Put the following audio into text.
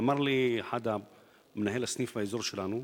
ואמר לי מנהל הסניף באזור שלנו,